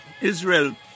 Israel